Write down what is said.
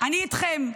אני איתכם.